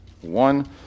one